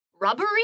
rubbery